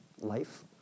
Life